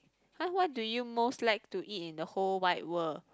!huh! what do you most like to eat in the whole wide world